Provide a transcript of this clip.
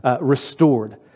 restored